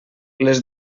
les